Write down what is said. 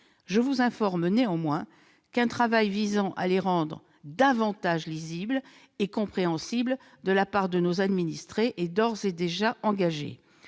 Je vous informe néanmoins qu'un travail visant à les rendre davantage lisibles et compréhensibles pour nos administrés est d'ores et déjà engagé.